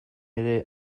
ere